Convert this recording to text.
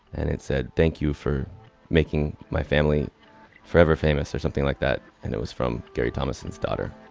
and it said thank you for making my family forever famous. or something like that, and it was from gary thomasson's daughter.